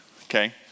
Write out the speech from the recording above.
okay